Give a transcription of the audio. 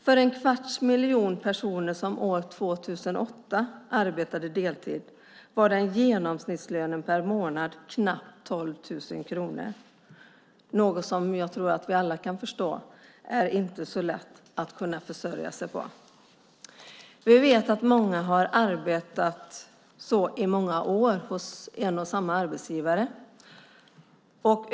För en kvarts miljon människor som år 2008 arbetade deltid var genomsnittslönen per månad knappt 12 000 kronor, vilket jag tror att vi alla förstår inte är lätt att försörja sig på. Vi vet att många arbetat så i många år hos en och samma arbetsgivare.